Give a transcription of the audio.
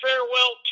Farewell